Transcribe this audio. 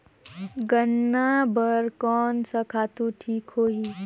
गन्ना बार कोन सा खातु ठीक होही?